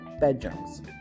bedrooms